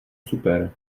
super